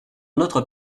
notre